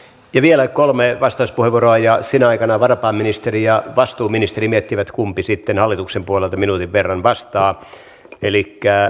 ja vielä kolme vastauspuheenvuoroa ja sinä aikana varapääministeri ja vastuuministeri miettivät kumpi sitten hallituksen puo lelta minuutin verran vastaa